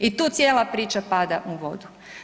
I tu cijela priča pada u vodu.